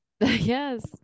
Yes